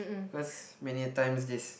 cause many a times this